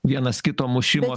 vienas kito mušimo